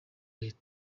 leta